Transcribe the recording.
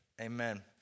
amen